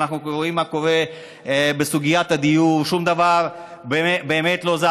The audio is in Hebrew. ואנחנו רואים מה קורה בסוגיית הדיור: שום דבר באמת לא זז.